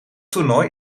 toernooi